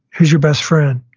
who's your best friend?